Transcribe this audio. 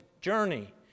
journey